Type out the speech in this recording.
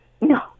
no